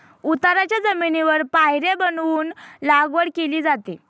उताराच्या जमिनीवर पायऱ्या बनवून लागवड केली जाते